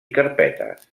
carpetes